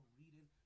reading